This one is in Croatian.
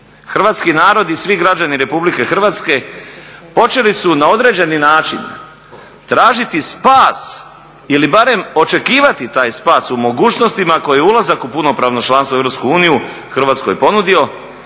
hrvatski narod i svi građani RH počeli su na određeni način tražiti spas ili barem očekivati taj spas u mogućnostima koje je ulazak u punopravno članstvo u EU Hrvatskoj ponudio